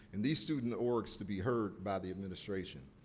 and these student orgs, to be heard by the administration.